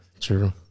True